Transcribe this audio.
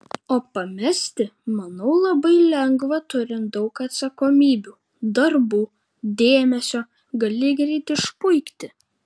o pamesti manau labai lengva turint daug atsakomybių darbų dėmesio gali greit išpuikti